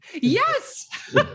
Yes